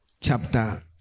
Chapter